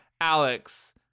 Alex